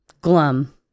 glum